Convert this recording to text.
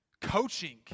coaching